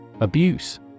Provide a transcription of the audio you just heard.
Abuse